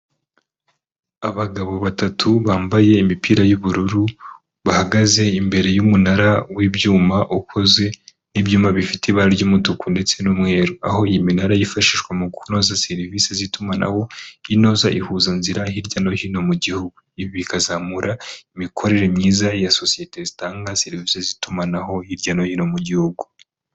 Abagabo batatu bambaye imipira y'ubururu, bahagaze imbere y'umunara w'ibyuma, ukoze n'ibyuma bifite ibara ry'umutuku ndetse n'umweru, aho iyi minara yifashishwa mu kunoza serivisi z'itumanaho, inoza ihuzazira hirya no hino mu gihugu, ibi bikazamura imikorere myiza ya sosiyete zitanga serivisi z'itumanaho hirya no hino mu gihugu.